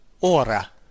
ora